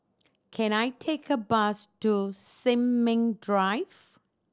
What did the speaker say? can I take a bus to Sin Ming Drive